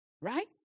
right